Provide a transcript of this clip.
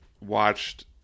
watched